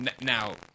Now